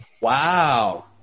Wow